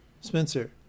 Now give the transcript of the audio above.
spencer